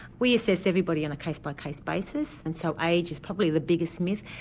we assess everybody on a case by case basis and so age is probably the biggest myth.